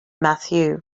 mathieu